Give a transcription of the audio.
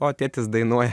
o tėtis dainuoja